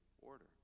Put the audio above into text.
order